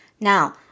Now